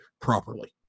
properly